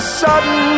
sudden